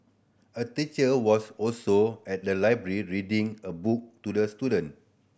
a teacher was also at the library reading a book to the student